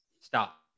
Stop